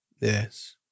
Yes